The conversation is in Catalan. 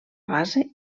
base